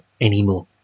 anymore